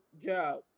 job